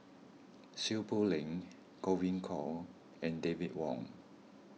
Seow Poh Leng Godwin Koay and David Wong